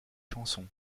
chansons